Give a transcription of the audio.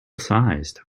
sized